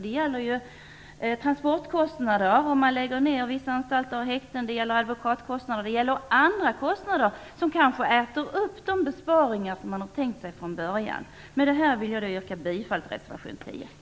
Det gäller transportkostnader vid nedläggning av vissa anstalter och häkten, advokatkostnader och andra kostnader, som kanske äter upp de besparingar som man hade tänkt sig från början. Med detta vill jag yrka bifall till reservation 10.